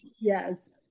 Yes